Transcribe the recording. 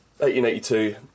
1882